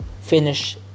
finish